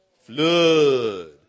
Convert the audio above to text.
flood